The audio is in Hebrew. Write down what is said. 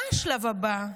מה השלב הבא?